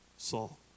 Saul